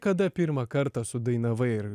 kada pirmą kartą sudainavai